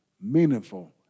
meaningful